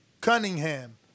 Cunningham